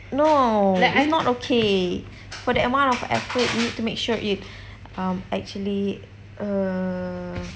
no like I'm not okay for that amount of effort you need to make sure it um actually err